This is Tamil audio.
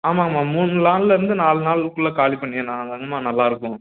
ஆமாங்கமா மூணு நாள்லருந்து நாலு நாளுக்குள்ள காலி பண்ணின்னால் தானங்கமா நல்லாருக்கும்